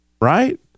right